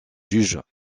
juge